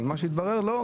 אבל התברר שלא.